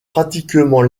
pratiquement